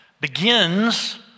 begins